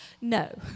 no